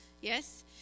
Yes